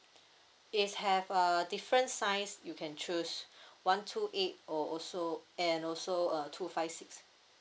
it's have err different size you can choose one two eight or also and also uh two five six